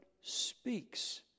speaks